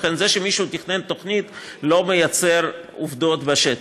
לכן, זה שמישהו תכנן תוכנית לא מייצר עובדות בשטח.